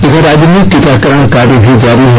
इधर राज्य में टीकाकरण कार्य भी जारी है